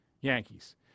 Yankees